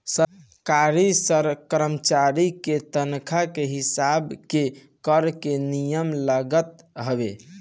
सरकारी करमचारी के तनखा के हिसाब के कर के नियम लागत हवे